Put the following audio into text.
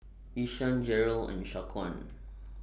Ishaan Jerrold and Shaquan